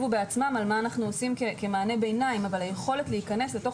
ויאמר מה אנחנו עושים כמענה ביניים - היכולת להיכנס לתוך